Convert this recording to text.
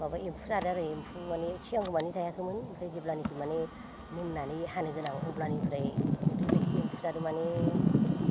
माबा एम्फौ जादों आरो एम्फौ माने सिगां माने जायाखैमोन जेब्लानोखि माने मोननानै हानो गोनां अब्लानिफ्राय ओरैबादि एम्फौ जादों माने